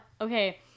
Okay